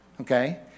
Okay